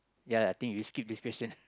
ya I think you just skip this question